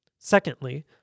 Secondly